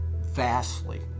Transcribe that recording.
vastly